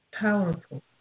powerful